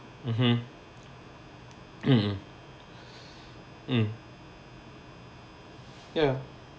mmhmm mm mm mm ya